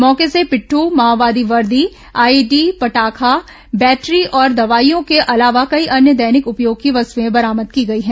मौके से पिट्ठ माओवादी वर्दी आईईडी पटाखा बैटरी और दवाइयों के अलावा कई अन्य दैनिक उपयोग की वस्तुएं बरामद की गई हैं